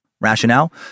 Rationale